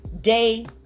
day